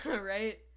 right